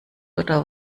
oder